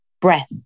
breath